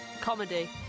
Comedy